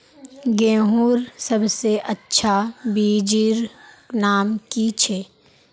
गेहूँर सबसे अच्छा बिच्चीर नाम की छे?